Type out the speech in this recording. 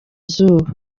izuba